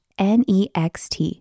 next